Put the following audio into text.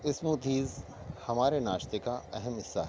smoothies ہمارے ناشتے کا اہم حصہ ہے